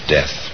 Death